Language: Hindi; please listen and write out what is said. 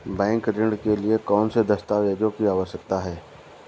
बैंक ऋण के लिए कौन से दस्तावेजों की आवश्यकता है?